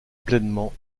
pleinement